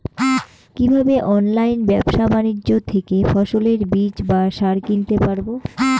কীভাবে অনলাইন ব্যাবসা বাণিজ্য থেকে ফসলের বীজ বা সার কিনতে পারবো?